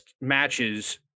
matches